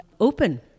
open